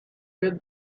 with